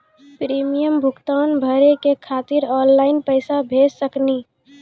Premium भुगतान भरे के खातिर ऑनलाइन पैसा भेज सकनी?